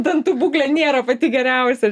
dantų būklė nėra pati geriausia